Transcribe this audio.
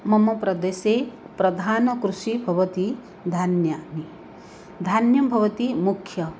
मम प्रदेशे प्रधाना कृषिः भवति धान्यानि धान्यं भवति मुख्यं